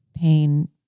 pain